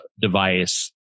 device